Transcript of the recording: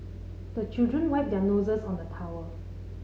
the children wipe their noses on the towel